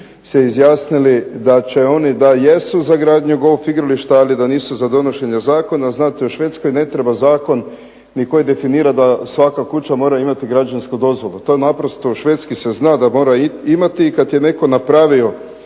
se izjasnili da će oni da jesu za gradnju golf igrališta, ali da nisu za donošenje zakona. Znate u Švedskoj ne treba zakon ni koji definira da svaka kuća mora imati građevinsku dozvolu. To je naprosto, u Švedskoj se zna da mora imati i kad je netko napravio